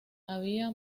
había